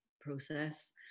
process